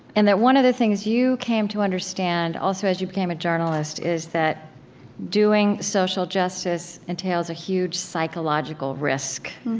and that one of the things you came to understand, also as you became a journalist, is that doing social justice entails a huge psychological risk.